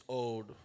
old